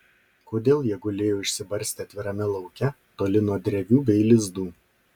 kodėl jie gulėjo išsibarstę atvirame lauke toli nuo drevių bei lizdų